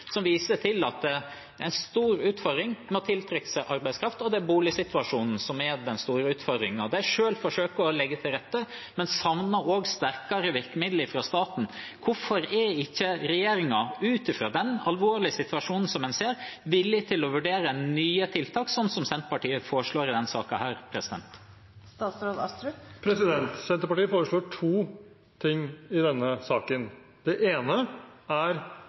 til en stor utfordring med å tiltrekke seg arbeidskraft, og at boligsituasjonen er den store utfordringen. De forsøker selv å legge til rette, men savner sterkere virkemidler fra staten. Hvorfor er ikke regjeringen, ut ifra den alvorlige situasjonen som en ser, villig til å vurdere nye tiltak, slik Senterpartiet foreslår i denne saken? Senterpartiet foreslår to ting i denne saken. Det ene er